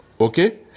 Okay